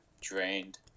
drained